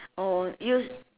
or use